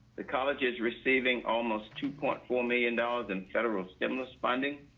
the college is receiving almost two point four million dollars in federal stimulus funding,